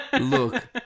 Look